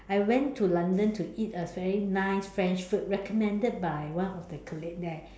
I went to London to eat a very nice French food recommended by one of the colleague there